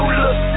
look